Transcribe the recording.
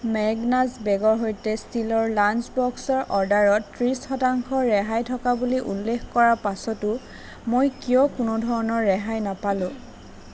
Magnus বেগৰ সৈতে ষ্টীলৰ লাঞ্চ বক্সৰ অৰ্ডাৰত ত্ৰিছ শতাংশ ৰেহাই থকা বুলি উল্লেখ কৰাৰ পাছতো মই কিয় কোনো ধৰণৰ ৰেহাই নাপালো